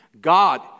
God